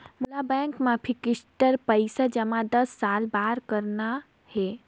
मोला बैंक मा फिक्स्ड पइसा जमा दस साल बार करना हे?